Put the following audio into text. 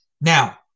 Now